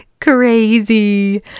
crazy